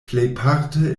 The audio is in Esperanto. plejparte